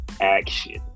action